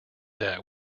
that